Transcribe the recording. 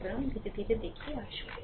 সুতরাং ধীরে ধীরে দেখি আসুন